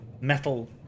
metal